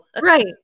Right